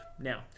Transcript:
Now